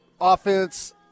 offense